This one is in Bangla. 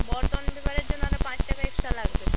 বর্তমান পেপারের জন্য আরো পাঁচ টাকা এক্সট্রা লাগবে